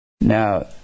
Now